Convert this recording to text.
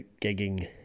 ...gigging